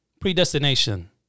Predestination